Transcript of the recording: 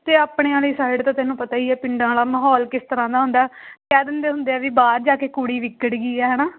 ਅਤੇ ਆਪਣਿਆਂ ਵਾਲੀ ਸਾਈਡ ਤਾਂ ਤੈਨੂੰ ਪਤਾ ਹੀ ਹੈ ਪਿੰਡਾਂ ਵਾਲਾ ਮਾਹੌਲ ਕਿਸ ਤਰ੍ਹਾਂ ਦਾ ਹੁੰਦਾ ਕਹਿ ਦਿੰਦੇ ਹੁੰਦੇ ਆ ਵੀ ਬਾਹਰ ਜਾ ਕੇ ਕੁੜੀ ਵਿਗੜ ਗਈ ਹੈ ਹੈ ਨਾ